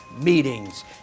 meetings